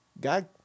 God